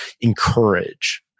encourage